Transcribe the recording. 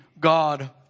God